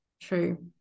True